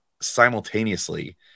simultaneously